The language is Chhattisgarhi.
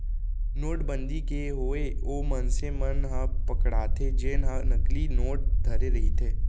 नोटबंदी के होय ओ मनसे मन ह पकड़ाथे जेनहा नकली नोट धरे रहिथे